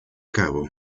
cavo